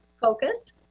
Focus